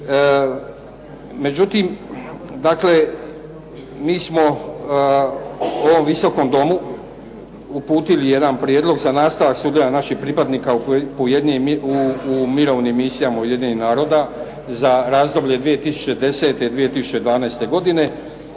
Međutim, dakle mi smo ovom Viskom domu uputili jedan prijedlog za nastavak sudjelovanja naših pripadnika u mirovnim misijama Ujedinjenih naroda, za razdoblje 2010.-2012. godine,